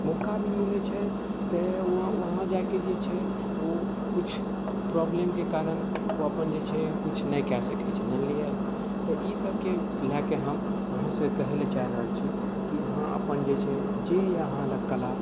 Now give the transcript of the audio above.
मौका भी मिलै छै तऽ वहाँ जाके जे छै उ किछु प्रोबलमके कारण ओ अपन जे छै किछु नहि कए सकै छै जानलियै तऽ ई सबके लए कऽ हम अहाँसँ कहै लए चाहि रहल छी की अहाँ अपन जे छै जे अहाँ लग कला